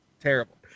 Terrible